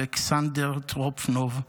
אלכסנדר טרופנוב,